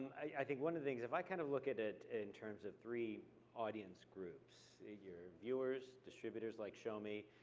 i think one of the things, if i kind of look at it in terms of three audience groups, your viewers, distributors like shomi,